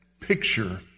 picture